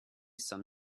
some